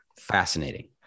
fascinating